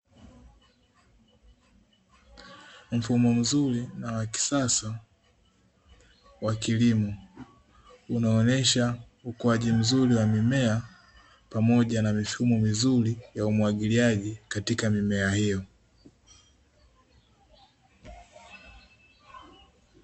Mfumo mzuri na wa kisasa wa kilimo, unaoonyesha ukuaji mzuri wa mimea pamoja na mifumo mizuri ya umwagiliaji katika mimea hiyo.